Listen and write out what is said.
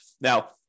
Now